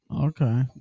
okay